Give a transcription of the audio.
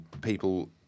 people